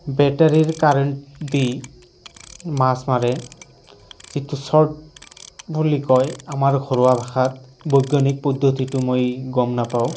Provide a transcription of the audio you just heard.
বেটাৰীৰ current দি মাছ মাৰে যিটো শ্বৰ্ট বুলি কয় আমাৰ ঘৰুৱা ভাষাত বৈজ্ঞানিক পদ্ধতিটো মই গম নাপাওঁ